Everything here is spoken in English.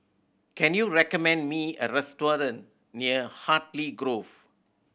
can you recommend me a restaurant near Hartley Grove